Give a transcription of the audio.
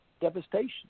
devastation